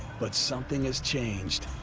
but something has changed.